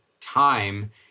time